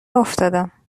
افتادم